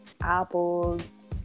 apples